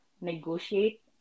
negotiate